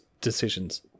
decisions